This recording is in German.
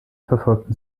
verfolgten